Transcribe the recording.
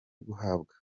guhabwa